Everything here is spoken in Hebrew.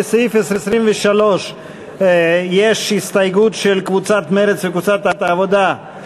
לסעיף 23 יש הסתייגות של קבוצת מרצ וקבוצת העבודה,